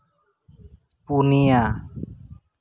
ᱯᱩᱱᱭᱟ